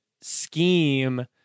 scheme